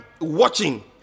watching